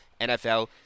NFL